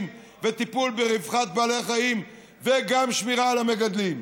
וטיפול ברווחת בעלי החיים וגם שמירה על המגדלים.